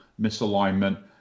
misalignment